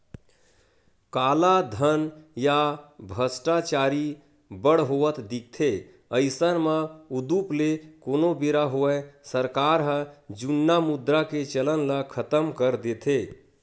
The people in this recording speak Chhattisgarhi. कालाधन या भस्टाचारी बड़ होवत दिखथे अइसन म उदुप ले कोनो बेरा होवय सरकार ह जुन्ना मुद्रा के चलन ल खतम कर देथे